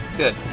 good